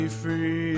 free